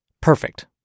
Perfect